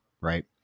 right